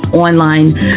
online